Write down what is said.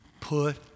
put